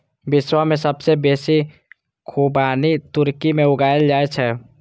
विश्व मे सबसं बेसी खुबानी तुर्की मे उगायल जाए छै